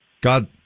God